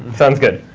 sounds good.